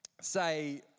say